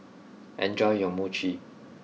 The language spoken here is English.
enjoy your Mochi